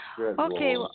Okay